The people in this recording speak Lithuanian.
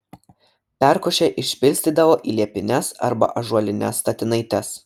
perkošę išpilstydavo į liepines arba ąžuolines statinaites